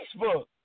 Facebook